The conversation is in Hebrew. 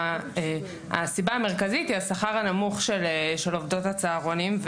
הסיבה המרכזית היא השכר הנמוך של עובדות הצהרונים,